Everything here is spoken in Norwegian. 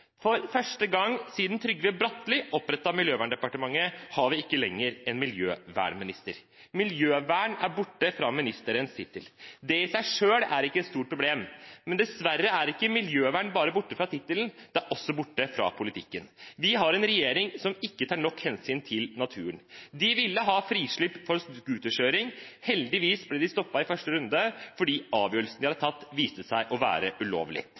For første gang siden Trygve Bratteli opprettet et miljøverndepartement, har vi ikke lenger en miljøvernminister. «Miljøvern» er borte fra ministerens tittel. Det i seg selv er ikke et stort problem. Men dessverre er ikke miljøvern bare borte fra tittelen, det er også borte fra politikken. Vi har en regjering som ikke tar nok hensyn til naturen: Den ville ha frislipp når det gjaldt scooterkjøring. Heldigvis ble det stoppet i første runde, fordi avgjørelsen den hadde tatt, viste seg å være ulovlig.